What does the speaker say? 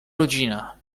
rodzina